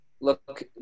look